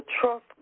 trust